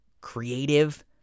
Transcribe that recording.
creative